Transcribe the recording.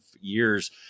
years